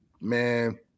man